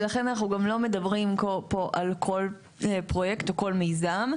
ולכן אנחנו גם לא מדברים פה על כל פרויקט או כל מיזם,